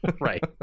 Right